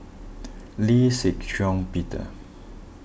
Lee Shih Shiong Peter